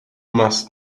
must